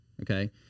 okay